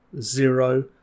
zero